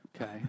Okay